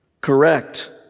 Correct